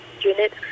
unit